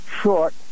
short